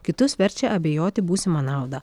kitus verčia abejoti būsima nauda